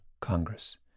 Congress